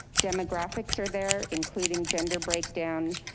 demographics are there including gender breakdown,